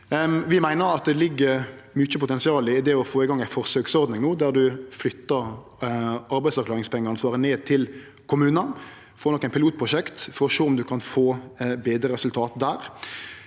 Vi meiner at det ligg mykje potensial i å få i gang ei forsøksordning no, der ein flyttar arbeidsavklaringspengeansvaret ned til kommunane og får nokon pilotprosjekt for å sjå om ein kan få betre resultat der.